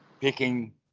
picking